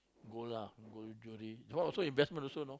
gold lah gold jewelry that one also investment also you know